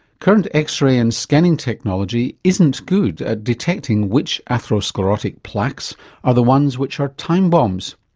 current x-ray and scanning technology isn't good at detecting which atherosclerotic plaques are the ones which are time bombs.